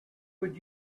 would